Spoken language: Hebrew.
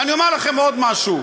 ואני אומר לכם עוד משהו: